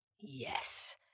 Yes